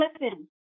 listen